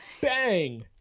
Bang